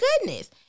goodness